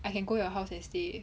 I can go your house and stay